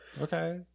Okay